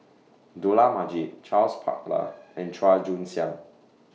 Dollah Majid Charles Paglar and Chua Joon Siang